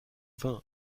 vingt